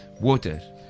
water